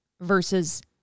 versus